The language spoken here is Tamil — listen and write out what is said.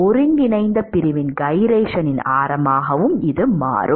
ஒருங்கிணைந்த பிரிவின் கைரேஷனின் ஆரமாகவும் மாறும்